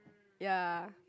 ya